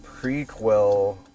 prequel